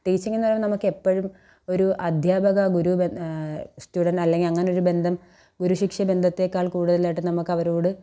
ടീച്ചിങ്ന്ന് പറഞ്ഞു കഴിഞ്ഞാൽ നമുക്ക് എപ്പോഴും ഒരു അധ്യാപക ഗുരു ബന്ധം സ്റ്റുഡൻറ് അല്ലെങ്കിൽ അങ്ങനെ ഒരു ബന്ധം ഗുരു ശിക്ഷ ബന്ധത്തെക്കാൾ കൂടുതലായിട്ട് നമുക്ക് അവരോട്